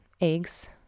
eggs